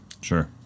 Sure